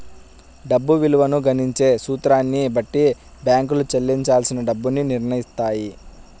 డబ్బు విలువను గణించే సూత్రాన్ని బట్టి బ్యేంకులు చెల్లించాల్సిన డబ్బుని నిర్నయిత్తాయి